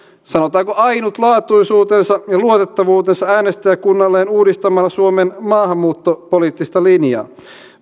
sanotaanko ainutlaatuisuutensa ja luotettavuutensa äänestäjäkunnalleen uudistamalla suomen maahanmuuttopoliittista linjaa